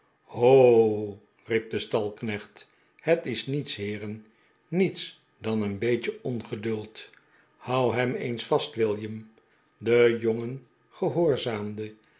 ho riep de stalknecht het is niets heeren niets dan een beetje ongeduld houd hem eens vast william de jongen gehoorzaamde